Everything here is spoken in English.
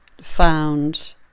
found